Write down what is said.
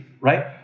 right